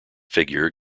figure